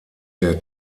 der